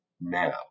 now